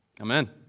Amen